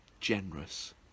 generous